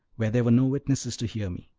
where there were no witnesses to hear me.